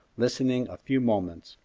listened a few moments,